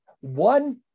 one